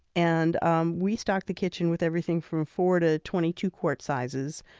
and um we stock the kitchen with everything from four to twenty two quart sizes.